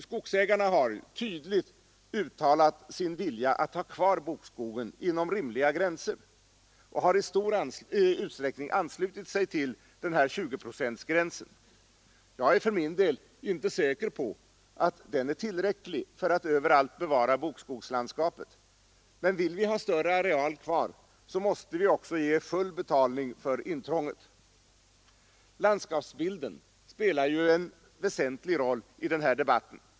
Skogsägarna har tydligt uttalat sin vilja att ha kvar bokskogen inom rimliga gränser och har i stor utsträckning anslutit sig till 20-procentsgränsen. Jag är för min del inte säker på att den är tillräcklig för att överallt bevara bokskogslandskapet, men vill vi ha större areal kvar, måste vi också ge full betalning för intrånget. Landskapsbilden spelar ju en väsentlig roll i denna debatt.